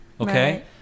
okay